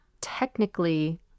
technically